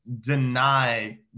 deny